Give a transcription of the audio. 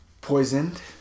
poisoned